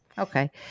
Okay